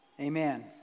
Amen